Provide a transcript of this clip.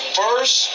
first